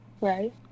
Right